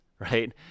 Right